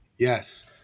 Yes